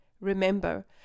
Remember